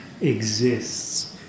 exists